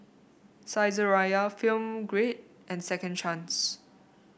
Saizeriya Film Grade and Second Chance